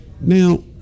Now